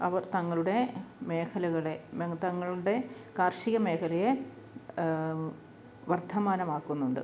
അവർ തങ്ങളുടെ മേഖലകളെ തങ്ങളുടെ കാർഷിക മേഖലയെ വർത്തമാനമാക്കുന്നുണ്ട്